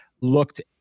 looked